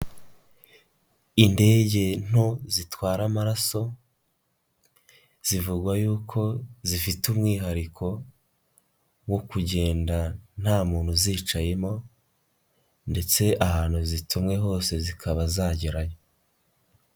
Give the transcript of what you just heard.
Indege nto zitwara amaraso zivugwa yuko zifite umwihariko wo kugenda nta muntu uzicayemo ndetse ahantu zitumwe hose zikaba zagerayo.